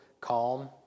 calm